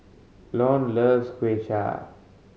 Lone loves Kuay Chap